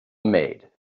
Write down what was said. maid